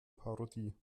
parodie